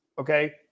okay